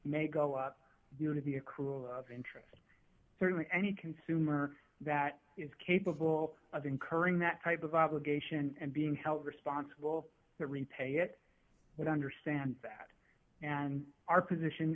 may go up you know to be a crew of interest certainly any consumer that is capable of incurring that type of obligation and being held responsible to repay it but i understand that and our position